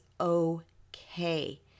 okay